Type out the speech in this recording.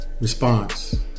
response